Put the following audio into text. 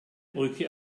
brücke